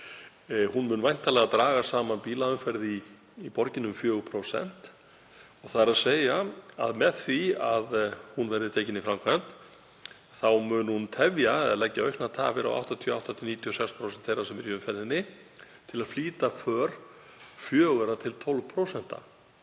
Hún mun væntanlega draga saman bílaumferð í borginni um 4%. Með því að hún verði tekin í framkvæmd þá mun hún tefja eða leggja auknar tafir á 88–96% þeirra sem eru í umferðinni til að flýta för 4–12%.